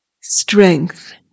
strength